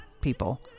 people